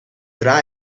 tra